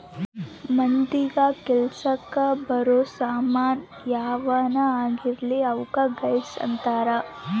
ಮಂದಿಗ ಕೆಲಸಕ್ ಬರೋ ಸಾಮನ್ ಯಾವನ ಆಗಿರ್ಲಿ ಅವುಕ ಗೂಡ್ಸ್ ಅಂತಾರ